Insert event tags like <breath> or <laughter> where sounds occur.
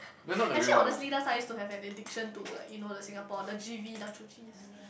<breath> actually honestly last time I used to have an addiction to like you know the Singapore the G_V nacho cheese